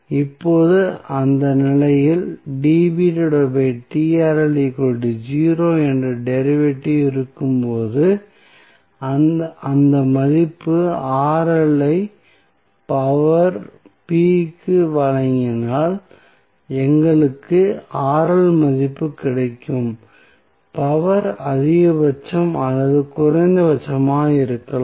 இப்போது அந்த நிலையில் என்ற டெரிவேட்டிவ் இருக்கும்போது அந்த மதிப்பு ஐ பவர் p க்கு வழங்கினால் எங்களுக்கு மதிப்பு கிடைக்கும் பவர் அதிகபட்சம் அல்லது குறைந்தபட்சமாக இருக்கலாம்